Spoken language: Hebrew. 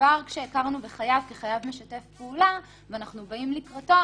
כבר כשהכרנו בחייב כחייב משתף פעולה ואנחנו באים לקראתו,